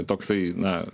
toksai na